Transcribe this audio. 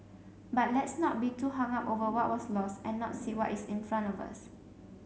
but let's not be too hung up over what was lost and not see what is in front of us